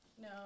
No